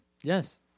yes